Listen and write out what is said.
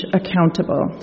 accountable